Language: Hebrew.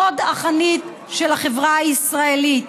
חוד החנית של החברה הישראלית.